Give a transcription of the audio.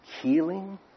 Healing